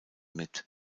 mit